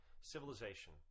civilization